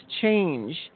change